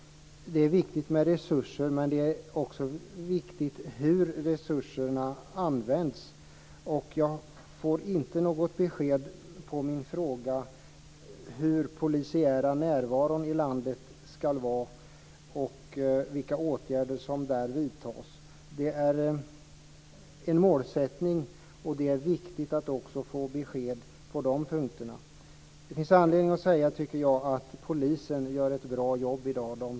Det är viktigt med resurser, men det är också viktigt hur resurserna används. Jag får inte något svar på min fråga om hur den polisiära närvaron i landet ska vara och om vilka åtgärder som där vidtas. Det är viktigt att få besked också på dessa punkter. Det finns anledning att säga att de poliser som finns i dag gör ett bra jobb.